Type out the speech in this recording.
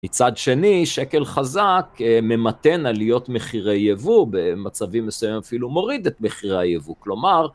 מצד שני, שקל חזק ממתן עליות מחירי יבוא, במצבים מסוימים אפילו מוריד את מחירי היבוא. כלומר...